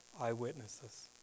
eyewitnesses